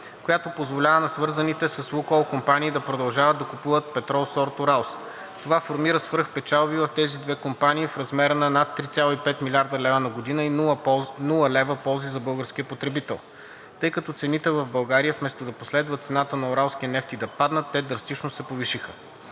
която позволява на свързаните с „Лукойл“ компании да продължат да купуват петрол сорт „Уралс“. Това формира свръхпечалби в тези две компании в размер на над 3,5 млрд. лв. на година и нула лева ползи за българския потребител, тъй като цените в България, вместо да последват цената на уралския нефт и да паднат, те драстично се повишиха.